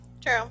True